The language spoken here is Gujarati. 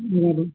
હં